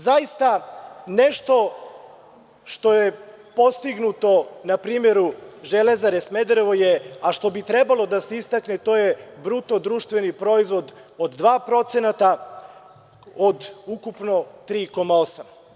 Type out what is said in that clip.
Zaista nešto što je postignuto na primeru „Železare Smederevo“, a što bi trebalo da se istakne, to je bruto društveni proizvod od 2%, od ukupno 3,8%